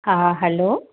हा हलो